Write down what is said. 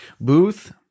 Booth